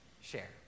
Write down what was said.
share